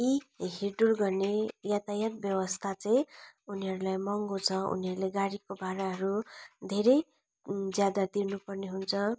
यी हिँड्डुल गर्ने यातायात व्यवस्था चाहिँ उनीहरूलाई महँगो छ उनीहरूले गाडीको भाडाहरू धेरै ज्यादा तिर्नु पर्ने हुन्छ